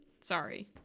sorry